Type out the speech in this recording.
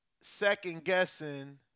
second-guessing